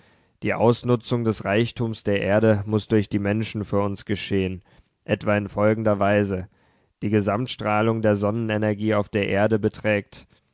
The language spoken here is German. die ausnutzung des reichtums der erde muß durch die menschen für uns geschehen etwa in folgender weise die gesamtstrahlung der sonnenenergie auf die erde beträgt